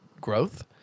growth